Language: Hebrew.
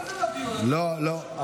לא, לא.